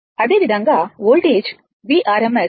అదేవిధంగా voltage Vrms కూడా 0